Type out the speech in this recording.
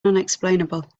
unexplainable